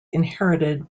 inherited